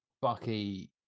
Bucky